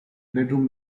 bedroom